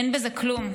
אין בזה כלום,